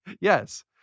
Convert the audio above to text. Yes